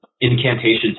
incantation